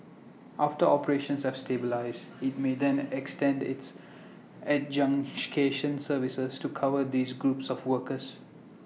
after operations have stabilised IT may then extend its adjudication services to cover these groups of workers